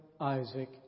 Isaac